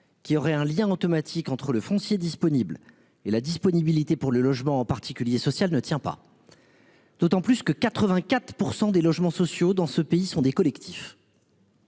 qu'il aurait un lien automatique entre le foncier disponible et la disponibilité pour le logement en particulier sociale ne tient pas. D'autant plus que 84% des logements sociaux dans ce pays sont des collectifs.